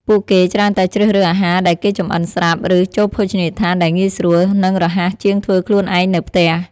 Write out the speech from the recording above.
ពួកគេច្រើនតែជ្រើសរើសអាហារដែលគេចម្អិនស្រាប់ ឬចូលភោជនីដ្ឋានដែលងាយស្រួល និងរហ័សជាងធ្វើខ្លួនឯងនៅផ្ទះ។